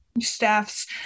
staff's